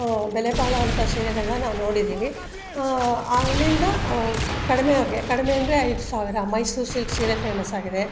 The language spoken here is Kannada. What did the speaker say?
ಬೆಲೆ ಬಾಳುವಂಥ ಸೀರೆಗಳನ್ನ ನಾವು ನೋಡಿದ್ದೀವಿ ಆಲ್ಲಿಂದ ಕಡಿಮೆ ಅವ್ರಿಗೆ ಕಡಿಮೆ ಅಂದರೆ ಐದು ಸಾವಿರ ಮೈಸೂರು ಸಿಲ್ಕ್ ಸೀರೆ ಫೇಮಸ್ಸಾಗಿದೆ